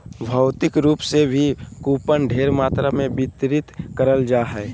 भौतिक रूप से भी कूपन ढेर मात्रा मे वितरित करल जा हय